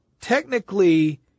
technically